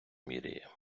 міряє